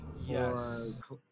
Yes